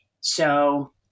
So-